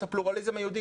את הפלורליזם היהודי,